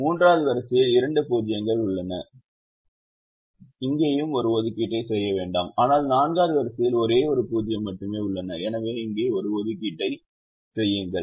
3 வது வரிசையில் இரண்டு 0 கள் உள்ளன எனவே ஒரு ஒதுக்கீட்டை செய்ய வேண்டாம் ஆனால் 4 வது வரிசையில் ஒரே ஒரு 0 மட்டுமே உள்ளது எனவே இங்கே ஒரு ஒதுக்கீட்டை செய்யுங்கள்